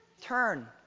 Turn